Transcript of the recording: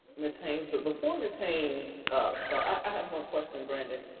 ms. haynes, but before ms. haynes starts, i have one question, brandon,